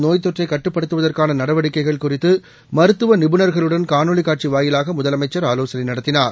நோய்த்தொற்றை கட்டுப்படுத்துவதற்கான நடவடிக்கைகள் குறித்து மருத்துவ நிபுணர்களுடன் காணொலி காட்சி வாயிலாக முதலமைச்சர் ஆலோசனை நடத்தினார்